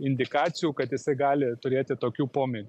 indikacijų kad jisai gali turėti tokių pomėgių